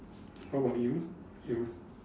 how about you you